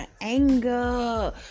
anger